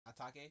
Atake